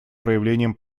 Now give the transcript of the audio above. проявлением